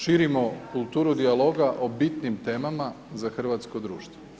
Širimo kulturu dijaloga o bitnim temama za hrvatsko društvo.